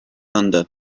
thunder